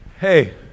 Hey